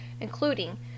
including